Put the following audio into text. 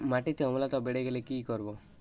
মাটিতে অম্লত্ব বেড়েগেলে কি করব?